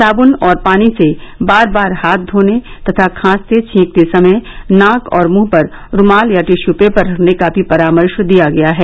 साद्न और पानी से बार बार हाथ धोने तथा खांसते छींकते समय नाक और मुंह पर रुमाल या टिशू पेपर रखने का भी परामर्श दिया गया है